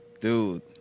Dude